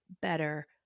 better